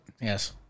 Yes